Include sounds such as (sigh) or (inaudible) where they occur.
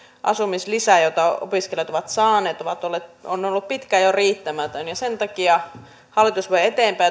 asumislisä jota opiskelijat ovat saaneet on ollut pitkään jo riittämätön sen takia hallitus vie tätä eteenpäin (unintelligible)